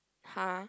!huh!